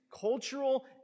cultural